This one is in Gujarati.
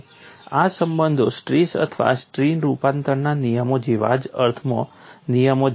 આ સંબંધો સ્ટ્રેસ અથવા સ્ટ્રેઇન રૂપાંતરણના નિયમો જેવા જ અર્થમાં નિયમો જેવા નથી